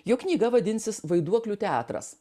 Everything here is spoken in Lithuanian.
jo knyga vadinsis vaiduoklių teatras